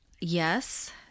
yes